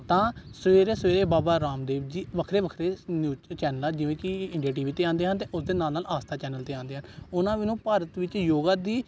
ਤਾਂ ਸਵੇਰੇ ਸਵੇਰੇ ਬਾਬਾ ਰਾਮਦੇਵ ਜੀ ਵੱਖਰੇ ਵੱਖਰੇ ਨਿਊ ਚੈਨਲ ਜਿਵੇਂ ਕਿ ਇੰਡੀਆ ਟੀ ਵੀ 'ਤੇ ਆਉਂਦੇ ਹਨ ਅਤੇ ਉਹਦੇ ਨਾਲ ਨਾਲ ਆਸਥਾ ਚੈਨਲ 'ਤੇ ਆਉਂਦੇ ਆ ਉਹਨਾਂ ਵੱਲੋਂ ਭਾਰਤ ਵਿੱਚ ਯੋਗਾ ਦੀ